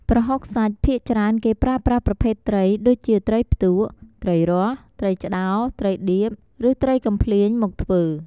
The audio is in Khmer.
ប្រហុកសាច់ភាគច្រើនគេប្រើប្រាស់ប្រភេទត្រីដូចជាត្រីផ្ទក់ ត្រីរ៉ស់ ត្រីឆ្តោ ត្រីឌៀប ឬត្រីកំភ្លាញ មកធ្វើ។